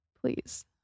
Please